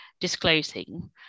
disclosing